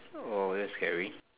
oh that's scary